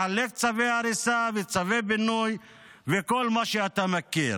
לחלק צווי הריסה וצווי פינוי וכל מה שאתה מכיר.